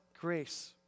grace